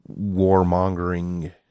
warmongering